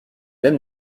même